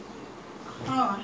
useless fellows